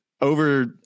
over